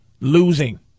Losing